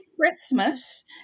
Christmas